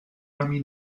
army